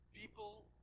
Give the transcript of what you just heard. People